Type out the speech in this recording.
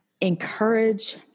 encourage